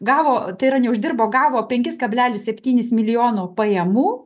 gavo tai yra ne uždirbo gavo penkis kablelis septynis milijonų pajamų